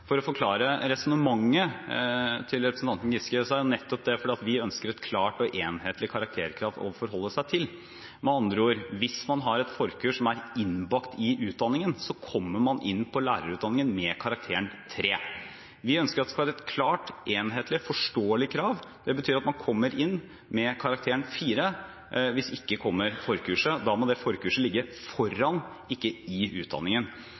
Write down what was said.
for å forklare resonnementet for representanten Giske: Det er nettopp fordi vi ønsker et klart og enhetlig karakterkrav å forholde seg til. Med andre ord: Hvis man har et forkurs som er innbakt i utdanningen, kommer man inn på lærerutdanningen med karakteren 3. Vi ønsker at det skal være et klart, enhetlig, forståelig krav. Det betyr at man kommer inn med karakteren 4 – hvis ikke kommer forkurset. Da må det forkurset ligge foran, ikke i, utdanningen.